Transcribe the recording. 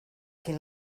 quien